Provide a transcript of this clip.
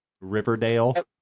Riverdale